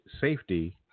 safety